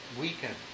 weaken